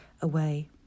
away